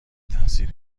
تاثیر